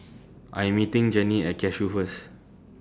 I Am meeting Jennie At Cashew First